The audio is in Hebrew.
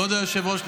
כבוד היושב-ראש,